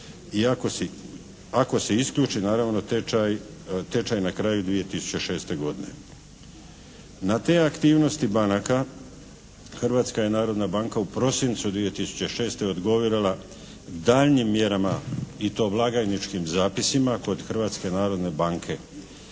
ako se isključi naravno tečaj na kraju 2006. godine. Na te aktivnosti banaka Hrvatska je narodna banka u prosincu 2006. odgovorila daljnjim mjerama i to blagajničkim zapisima kod Hrvatske narodne banke.